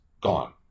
gone